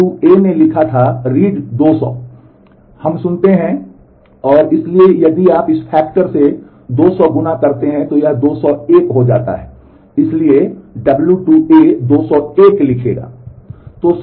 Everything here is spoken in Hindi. r2 201 लिखेगा